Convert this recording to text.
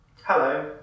Hello